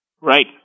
Right